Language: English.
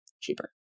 cheaper